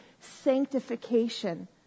sanctification